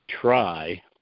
try –